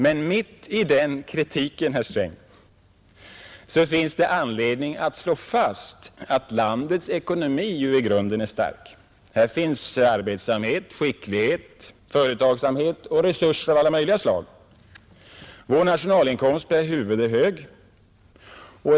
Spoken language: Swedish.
Men mitt i denna kritik, herr Sträng, är det skäl att slå fast att landets ekonomi i grunden är stark. Här finns arbetsamhet, skicklighet, företagsamhet och resurser av alla möjliga slag. Vår nationalinkomst per huvud är hög.